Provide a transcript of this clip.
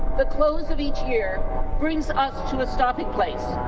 the close of each year brings us to a stopping place,